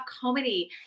comedy